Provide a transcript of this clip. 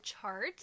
chart